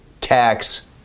tax